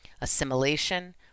Assimilation